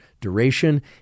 duration